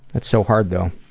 that's so hard though.